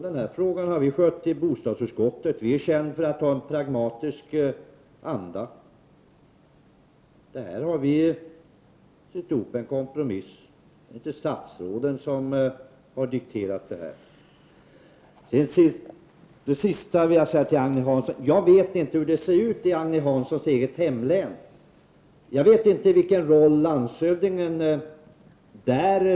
Den här frågan har vi behandlat i bostadsutskottet. Vi är kända för att arbeta i en pragmatisk anda. Vi har sytt ihop en kompromiss kring det här förslaget. Det är inte statsråden som har dikterat detta. Till sist vill jag säga till Agne Hansson att jag inte känner till hur det ser ut i Agne Hanssons hemlän. Jag vet inte vilken roll landshövdingen spelar där.